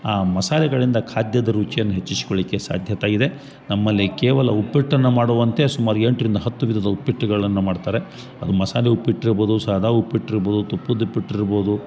ಆ ಮಸಾಲೆಗಳಿಂದ ಖಾದ್ಯದ ರುಚಿಯನ್ನ ಹೆಚ್ಚಿಸ್ಕೊಳ್ಲಿಕ್ಕೆ ಸಾಧ್ಯತೆಯಿದೆ ನಮ್ಮಲ್ಲಿ ಕೇವಲ ಉಪ್ಪಿಟ್ಟನ್ನ ಮಾಡುವಂತೆ ಸುಮಾರು ಎಂಟರಿಂದ ಹತ್ತು ವಿಧದ ಉಪ್ಪಿಟ್ಟುಗಳನ್ನು ಮಾಡ್ತಾರೆ ಅದು ಮಸಾಲೆ ಉಪ್ಪಿಟ್ಟು ಇರ್ಬೋದು ಸಾದಾ ಉಪ್ಪಿಟ್ಟು ಇರ್ಬೋದು ತುಪ್ಪದ ಉಪ್ಪಿಟ್ಟು ಇರ್ಬೋದು